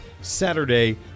Saturday